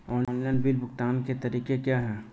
Online bill भुगतान के तरीके क्या हैं?